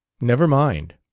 never mind.